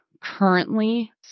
currently